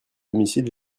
domicile